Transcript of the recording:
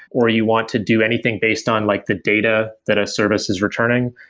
or you want to do anything based on like the data that a service is returning,